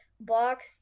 Box